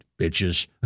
bitches